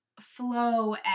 flow